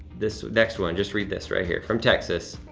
this next one. just read this right here. from texas.